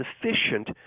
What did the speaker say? sufficient